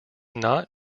not